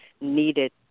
needed